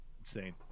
Insane